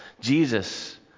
Jesus